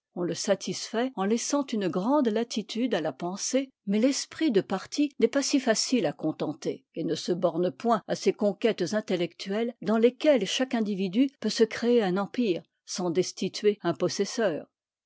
on le satisfsit en laissant une grande latitude à la pensée mais l'esprit de parti n'est pas si facile à contenter et ne se borne point à ces conquêtes intellectuelles dans lesquelles chaque individu peut se créer un empire sans destituer un possesseur